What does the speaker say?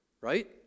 right